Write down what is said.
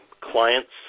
Clients